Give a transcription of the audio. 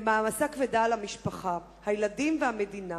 למעמסה כבדה על המשפחה, הילדים והמדינה.